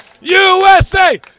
USA